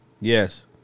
Yes